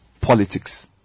politics